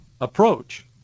approach